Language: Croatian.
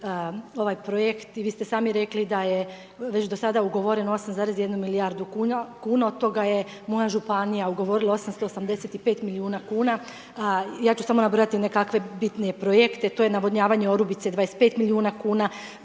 ovaj Projekt i vi ste sami rekli da je već do sada ugovoreno 8,1 milijardu kuna, od toga je moja županija ugovorila 885 milijuna kuna. Ja ću samo nabrojati nekakve bitnije projekte, to je navodnjavanje Orubice 25 milijuna kuna,